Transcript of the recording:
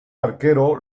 arquero